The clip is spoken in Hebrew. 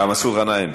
לא, הם פה.